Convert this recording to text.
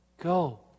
go